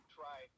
try